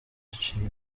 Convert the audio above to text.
aciye